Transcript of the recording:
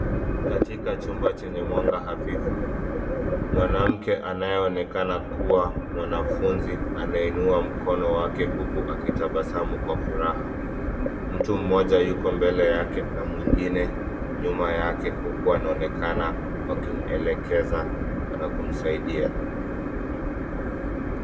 Katika chumba chenye mwanga hafifu, mwanamke anayeonekana kuwa mwanafunzi anainua mkono wake huku akitabasamu kwa furaha. Mtu mmoja yuko mbele yake na mwingine nyuma yake huku wanaonekana wakimuelekeza na kumsaidia.